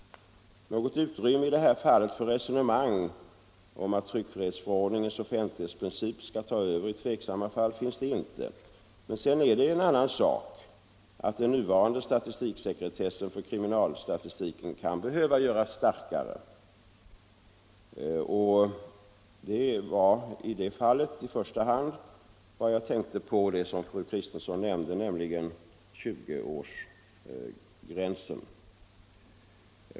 Något utrymme i det här fallet för resonemang om att tryckfrihetsförordningens offentlighetsprincip skall ta över i tveksamma fall finns inte. Sedan är det en annan sak att den nuvarande statistiksekretessen för kriminalstatistiken kan behöva göras starkare. Jag nämnde detta i interpellationssvaret, och jag tänkte då närmast på 20 årsgränsen, som fru Kristensson också nämnde.